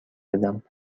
بدم